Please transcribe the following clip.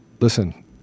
listen